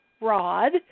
rod